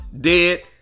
Dead